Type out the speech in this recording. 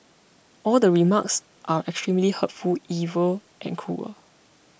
all the remarks are extremely hurtful evil and cruel